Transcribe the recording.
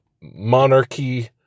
monarchy